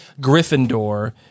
Gryffindor